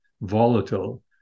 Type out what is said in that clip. volatile